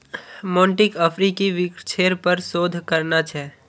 मोंटीक अफ्रीकी वृक्षेर पर शोध करना छ